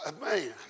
man